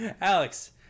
Alex